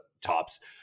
tops